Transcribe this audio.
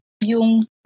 yung